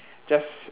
just